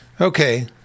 Okay